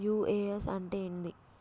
UAN అంటే ఏంది?